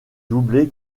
doublé